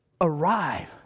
arrive